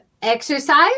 exercise